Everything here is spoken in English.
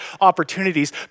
opportunities